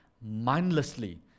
mindlessly